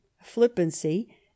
flippancy